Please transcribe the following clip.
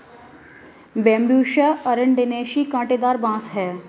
Bambusa arundinacea काँटेदार बाँस है